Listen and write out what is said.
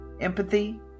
empathy